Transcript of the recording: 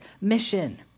mission